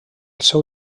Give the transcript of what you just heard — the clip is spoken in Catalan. seu